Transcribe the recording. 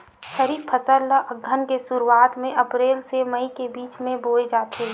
खरीफ फसल ला अघ्घन के शुरुआत में, अप्रेल से मई के बिच में बोए जाथे